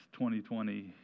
2020